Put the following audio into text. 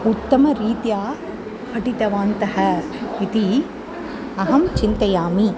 उत्तमरीत्या पठितवन्तः इति अहं चिन्तयामि